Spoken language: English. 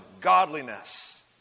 godliness